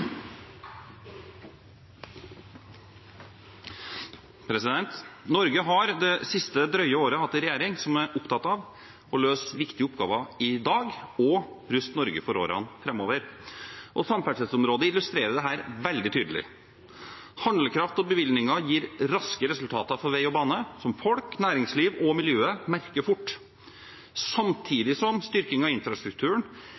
Norge har det siste drøye året hatt en regjering som er opptatt av å løse viktige oppgaver i dag og å ruste Norge for årene framover. Samferdselsområdet illustrerer dette veldig tydelig. Handlekraft og bevilgninger gir raske resultater for vei og bane, som folk, næringsliv og miljøet merker fort.